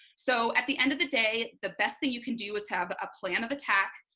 so at the end of the day the best thing you can do is have a plan of attack,